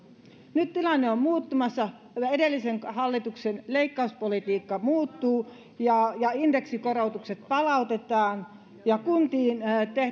nyt tilanne on muuttumassa edellisen hallituksen leikkauspolitiikka muuttuu indeksikorotukset palautetaan ja kuntiin